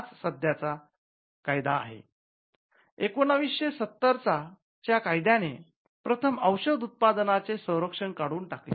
हाच सध्याचा कायदा आहे १९७० च्या कायद्याने प्रथमच औषध उत्पादनांचे संरक्षण काढून टाकले